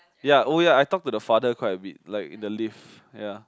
ya oh ya I talk to the father quite a bit like in the lift ya